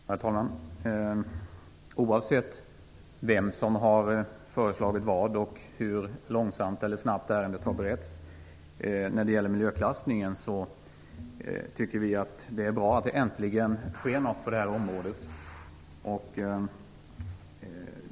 Herr talman! Oavsett vem som har föreslagit vad och hur långsamt eller snabbt ärendet har beretts när det gäller miljöklassningen, tycker vi att det är bra att det äntligen sker någonting på detta område.